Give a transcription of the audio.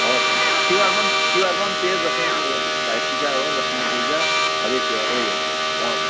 हवस् तिहारमा तिहारमा त्यो दसैँ उयो भाइटिका हो लक्ष्मी पुजा हली तिहार यही हो हवस्